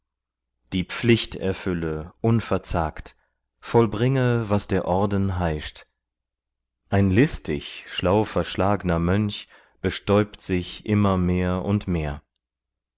die pflicht erfülle unverzagt vollbringe was der orden heischt ein listig schlau verschlagner mönch bestäubt sich immer mehr und mehr